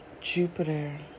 Jupiter